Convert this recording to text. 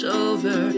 over